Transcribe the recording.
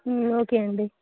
okay అండి